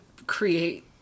create